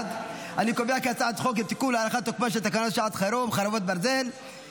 לתיקון ולהארכת תוקפן של תקנות שעת חירום (חרבות ברזל)(פגישה